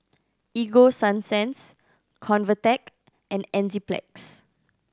Ego Sunsense Convatec and Enzyplex